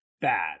bad